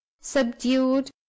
subdued